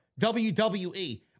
WWE